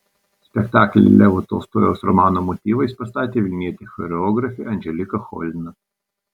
spektaklį levo tolstojaus romano motyvais pastatė vilnietė choreografė anželika cholina